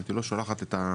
היא לא שולחת את האנשים,